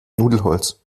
nudelholz